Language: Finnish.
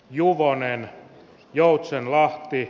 juvonen joutsenlahti